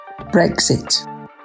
Brexit